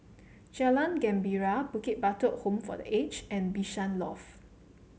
Jalan Gembira Bukit Batok Home for The Aged and Bishan Loft